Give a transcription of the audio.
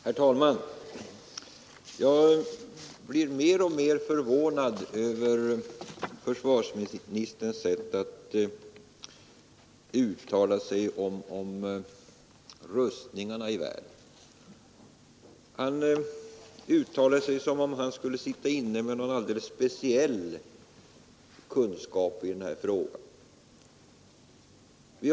Herr talman! Jag blir mer och mer förvånad över försvarsministerns sätt att uttala sig om rustningarna i världen. Han yttrar sig som om han skulle sitta inne med någon alldeles speciell kunskap i denna fråga.